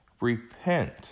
Repent